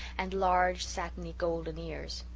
and large, satiny, golden ears.